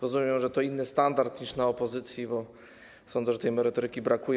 Rozumiem, że to inny standard niż w opozycji, bo sądzę, że tej merytoryki brakuje.